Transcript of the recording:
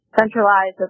centralized